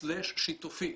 סלאש שיתופית,